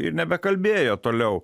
ir nebekalbėjo toliau